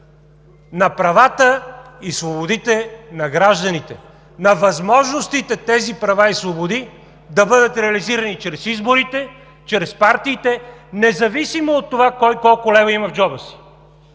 на правата и свободите на гражданите, на възможностите тези права и свободи да бъдат реализирани чрез изборите, чрез партиите, независимо от това кой колко лева има в джоба си.